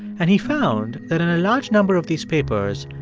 and he found that in a large number of these papers,